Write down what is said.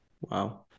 Wow